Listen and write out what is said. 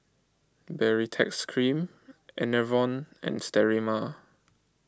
Baritex Cream Enervon and Sterimar